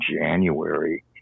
January